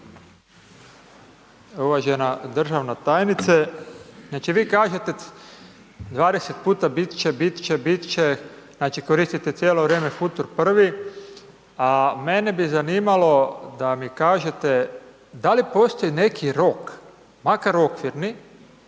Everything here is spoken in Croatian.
Uvažena državna tajnice. Znači vi kažete 20 puta bit će, bit će, znači koristite cijelo vrijeme futur prvi, a mene bi zanimalo da mi kažete, da li postoji neki rok, makar okvirni